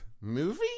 movie